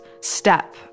step